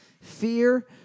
Fear